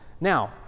Now